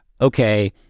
okay